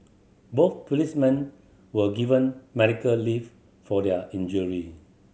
both policemen were given medical leave for their injury